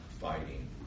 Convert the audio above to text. fighting